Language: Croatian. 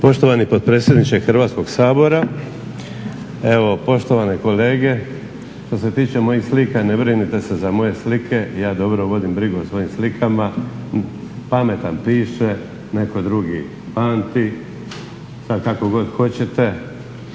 Poštovani potpredsjedniče Hrvatskog sabora, evo poštovane kolege. Što se tiče mojih slika ne brinite se za moje slike. Ja dobro vodim brigu o svojim slikama. Pametan piše, netko drugi pamti. Sad kako god hoćete.